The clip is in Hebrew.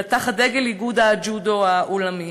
אלא תחת דגל איגוד הג'ודו העולמי.